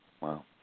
Wow